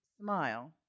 smile